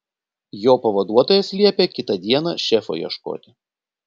jo pavaduotojas liepė kitą dieną šefo ieškoti